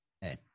hey